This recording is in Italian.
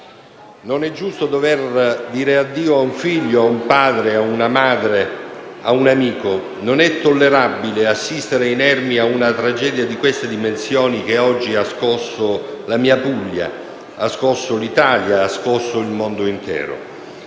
Non è giusto dover dire addio a un figlio, a un padre, a una madre, a un amico. Non è tollerabile assistere inermi a una tragedia di queste dimensioni, che oggi ha scosso la mia Puglia, ha scosso l'Italia